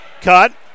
cut